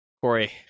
Corey